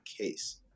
case